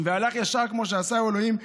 והלך ישר כמו שעשהו האלוהים,